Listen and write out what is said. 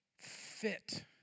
fit